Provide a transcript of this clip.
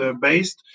based